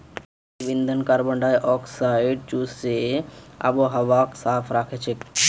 जैव ईंधन कार्बन डाई ऑक्साइडक चूसे आबोहवाक साफ राखछेक